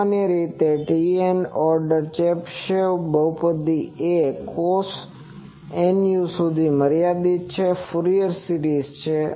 સામાન્ય રીતે TN order Chebyshev બહુપદી એ cos Nu સુધીની મર્યાદિત ફ્યુરિયર સિરીઝ છે